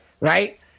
Right